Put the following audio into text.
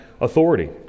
authority